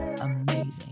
amazing